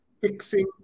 fixing